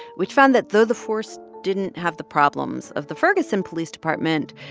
which found that though the force didn't have the problems of the ferguson police department,